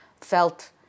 felt